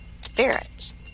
spirits